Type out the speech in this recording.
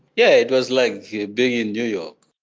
yeah, it was like yeah being in new york.